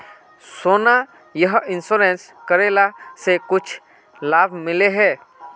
सोना यह इंश्योरेंस करेला से कुछ लाभ मिले है?